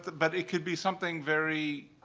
but it could be something very,